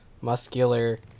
muscular